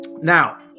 Now